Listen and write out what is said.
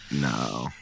No